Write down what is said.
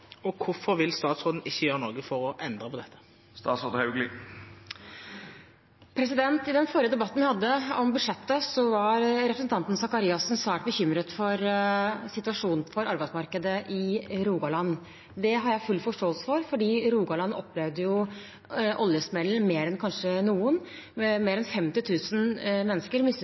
Og hvorfor vil ikke statsråden gjøre noe for å endre på dette? I den forrige debatten vi hadde, om budsjettet, var representanten Faret Sakariassen svært bekymret for situasjonen for arbeidsmarkedet i Rogaland. Det har jeg full forståelse for, for Rogaland opplevde jo oljesmellen mer enn kanskje noen. Mer enn 50 000 mennesker mistet